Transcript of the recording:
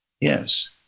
yes